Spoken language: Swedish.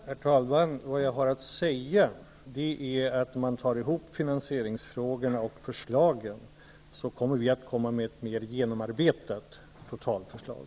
Herr talman! Vad jag har att säga är att vi genom att sammanställa finansieringsfrågorna och förslagen till åtgärder kan komma med ett mer genomarbetat totalförslag.